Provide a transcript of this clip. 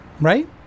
Right